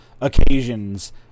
occasions